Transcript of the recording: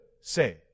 say